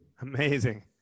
Amazing